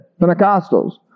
Pentecostals